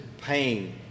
Pain